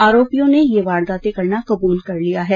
आरोपियों ने ये वारदातें करना कबूल कर लिया है